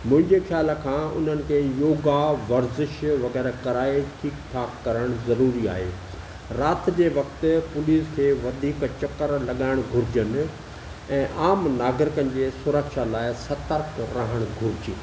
मुंहिंजे ख्याल खां उन्हनि खे योगा वर्जिश वग़ैरह कराए ठीकु ठाक करणु ज़रूरी आहे राति जे वक़्तु पुलिस खे वधीक चकरु लॻाइणु घुरिजनि ऐं आम नागरिकनि जे सुरक्षा लाइ सतर्क रहणु घुरिजे